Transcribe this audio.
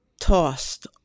tossed